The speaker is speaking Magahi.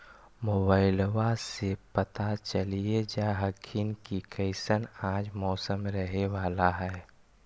मोबाईलबा से पता चलिये जा हखिन की कैसन आज मौसम रहे बाला है?